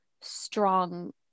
strong